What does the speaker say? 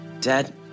dad